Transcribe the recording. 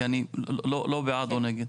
כי אני לא בעד או נגד,